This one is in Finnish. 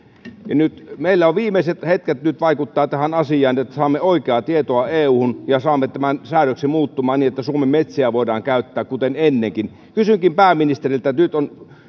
nyt meillä on viimeiset hetket vaikuttaa tähän asiaan jotta saamme oikeaa tietoa euhun ja saamme tämän säädöksen muuttumaan niin että suomen metsiä voidaan käyttää kuten ennenkin kysynkin pääministeriltä nyt